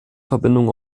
verbindung